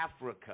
Africa